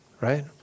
right